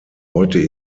heute